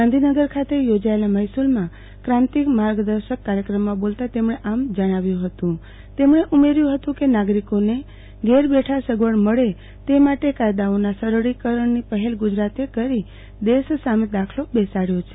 ગાંધીનગર ખાતે યોજાયેલા મહેસુલમાં કાંતિ માર્ગદર્શક કાર્યક્રમમાં બોલતા તેમણે આમ જણાવ્યુ હતું તેમણે ઉમેર્યુ હતુ કે નાગરિકોને ઘેરબેઠા સગવડ મળે તે માટે કાયદાઓના સરળીકરણની પહેલ ગુજરાતે કરી દેશ સામે દાખલો બેસાડ્યો છે